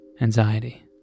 anxiety